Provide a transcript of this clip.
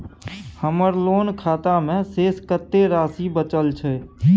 हमर लोन खाता मे शेस कत्ते राशि बचल छै?